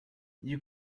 you